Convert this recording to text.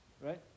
Right